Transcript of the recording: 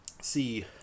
see